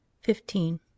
Fifteen